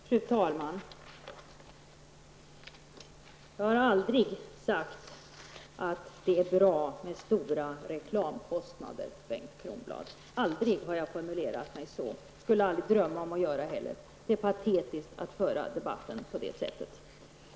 Fru talman! Jag har aldrig sagt att det är bra med stora reklamkostnader, Bengt Kronblad. Jag skulle aldrig drömma om att formulera mig så. Det är patetiskt att föra debatten på det sättet.